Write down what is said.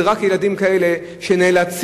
הם רק ילדים כאלה שנאלצים,